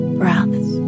breaths